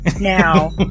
now